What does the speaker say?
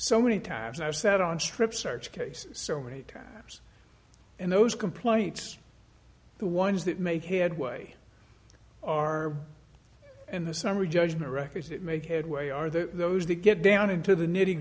so many times i've sat on strip search cases so many times in those complaints the ones that make headway are in the summary judgment records that make headway are the those the get down into the nitty